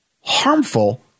harmful